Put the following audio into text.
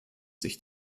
sich